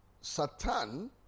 Satan